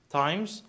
times